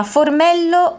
Formello